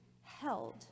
held